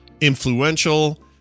influential